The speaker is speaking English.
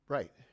Right